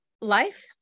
life